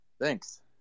Thanks